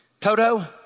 Toto